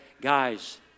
guys